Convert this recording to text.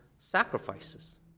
sacrifices